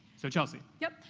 so, chelsea. yep.